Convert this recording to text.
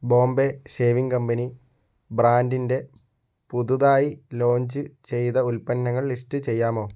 Bombay shaving company ബ്രാൻഡിന്റെ പുതുതായി launch ചെയ്ത ഉൽപ്പന്നങ്ങൾ ലിസ്റ്റ് ചെയ്യാമോ